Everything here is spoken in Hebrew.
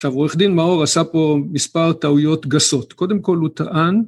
עכשיו עורך דין מאור עשה פה מספר טעויות גסות, קודם כל הוא טען